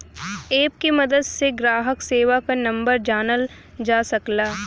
app के मदद से ग्राहक सेवा क नंबर जानल जा सकला